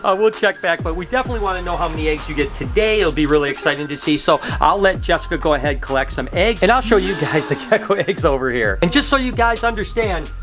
ah we'll check back, but we definitely wanna know how many eggs you get today, it'll be really exciting to see, so i'll let jessica go ahead and collect some eggs, and i'll show you guys the gecko eggs over here. and just so you guys understand,